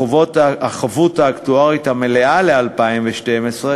החבות האקטוארית המלאה ל-2012,